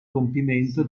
compimento